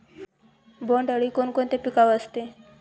बोंडअळी कोणकोणत्या पिकावर असते?